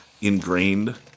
ingrained